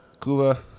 Cuba